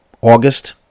August